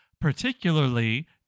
particularly